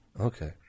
Okay